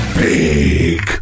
big